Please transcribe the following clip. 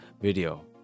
video